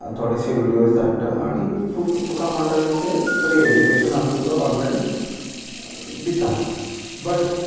आ थोडेशे विडयोज धाडटा आनी तूं तुका म्हणटा की ते फ्री एजुकेशन आमी तुका ऑनलायन दिता बट